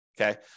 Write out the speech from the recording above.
Okay